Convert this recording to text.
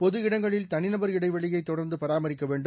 பொது இடங்களில் தனிநபர் இடைவெளியை தொடர்ந்து பராமரிக்க வேண்டும்